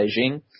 Beijing